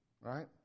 right